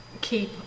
keep